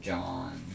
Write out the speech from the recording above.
John